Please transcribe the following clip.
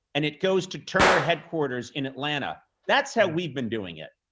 and it goes to turner headquarters in atlanta. that's how we've been doing it.